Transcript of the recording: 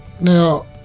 Now